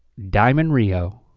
diamond rio.